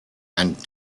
and